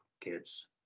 kids